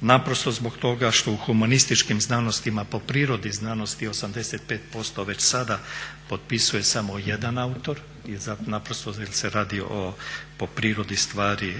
Naprosto zbog toga što u humanističkim znanostima po prirodi znanosti 85% već sada potpisuje samo 1 autor jer se radi o po prirodi stvari,